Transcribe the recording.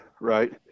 right